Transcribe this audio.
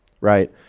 right